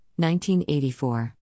1984